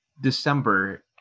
december